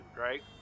right